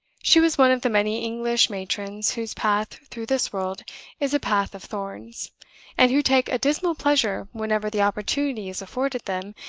she was one of the many english matrons whose path through this world is a path of thorns and who take a dismal pleasure, whenever the opportunity is afforded them,